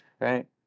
right